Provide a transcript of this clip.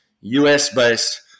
US-based